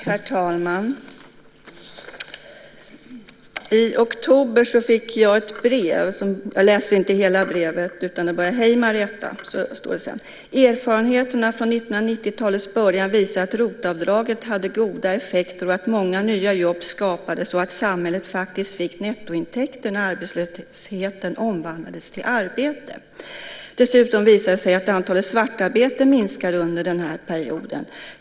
Herr talman! I oktober fick jag ett brev. Jag ska läsa en del av brevet. Där står det: Hej Marietta! Erfarenheterna från 1990-talets början visar att ROT-avdraget hade goda effekter och att många nya jobb skapades och att samhället faktiskt fick nettointäkter när arbetslösheten omvandlades till arbete. Dessutom visade det sig att antalet svartarbeten minskade under den här perioden.